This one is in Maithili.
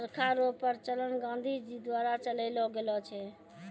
चरखा रो प्रचलन गाँधी जी द्वारा चलैलो गेलो छै